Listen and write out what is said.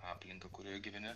aplinką kurioj gyveni